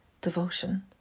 devotion